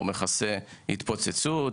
התפוצצות,